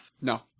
No